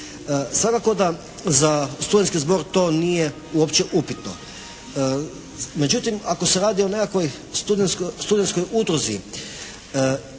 Svakako da za studentski zbor to nije uopće upitno, međutim ako se radi o nekakvoj studentskoj udruzi